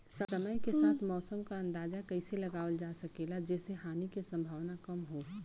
समय के साथ मौसम क अंदाजा कइसे लगावल जा सकेला जेसे हानि के सम्भावना कम हो?